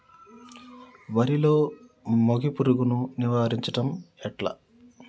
వరిలో మోగి పురుగును నివారించడం ఎట్లా?